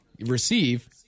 receive